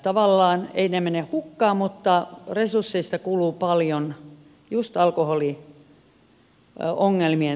eivät ne mene hukkaan mutta resursseista kuluu paljon just alkoholiongelmien takia